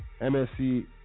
MSC